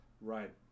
Right